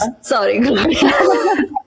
Sorry